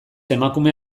emakume